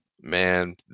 Man